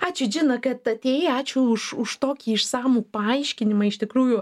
ačiū džina kad atėjai ačiū už už tokį išsamų paaiškinimą iš tikrųjų